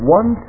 one